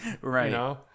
Right